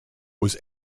was